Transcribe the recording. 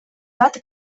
bat